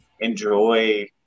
enjoy